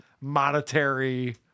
monetary